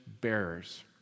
bearers